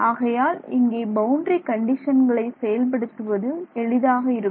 ஆகையால் இங்கே பவுண்டரி கண்டிஷன்களை செயல்படுத்துவது எளிதாக இருக்கும்